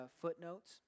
footnotes